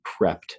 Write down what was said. prepped